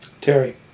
Terry